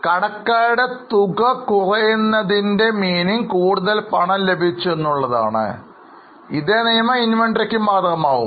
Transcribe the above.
കടക്കാരുടെ തുക കുറയുന്നതിനെ അർത്ഥം കൂടുതൽ പണം ലഭിച്ചു എന്നുള്ളതാണ് ആണ് ഇതേ നിയമം ഇൻവെന്ററിക്ക് ബാധകമാകും